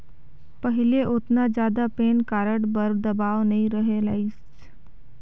पहिले ओतना जादा पेन कारड बर दबाओ नइ रहें लाइस